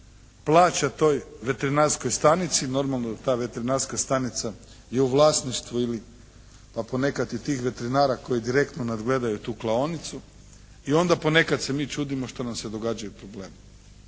plaća toj veterinarskoj stanici, normalno ta veterinarska stanica je u vlasništvu, a ponekad i tih veterinara koji direktno nadgledaju tu klaonicu i onda ponekad se mi čudimo što nam se događaju problemi.